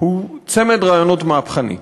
הוא צמד רעיונות מהפכני.